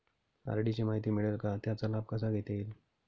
RD ची माहिती मिळेल का, त्याचा लाभ कसा घेता येईल?